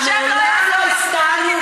למה זו לא מדינת ישראל?